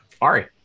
Ari